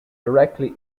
directly